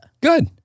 Good